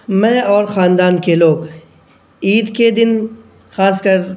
میں اور خاندان کے لوگ عید کے دن خاص کر